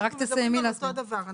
אנחנו מדברים על אותו דבר.